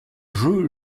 jeu